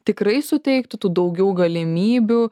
tikrai suteiktų tų daugiau galimybių